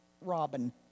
Robin